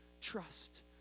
Trust